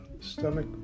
stomach